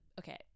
Okay